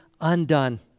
undone